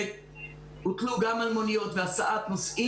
שהוטלו גם על מוניות והסעת נוסעים,